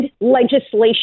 legislation